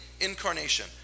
incarnation